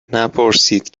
نپرسید